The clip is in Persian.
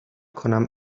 کنم